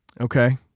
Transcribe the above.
Okay